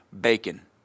bacon